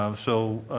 um so,